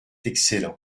excellent